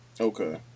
Okay